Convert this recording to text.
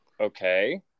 Okay